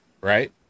right